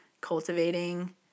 cultivating